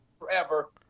forever